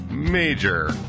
Major